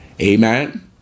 Amen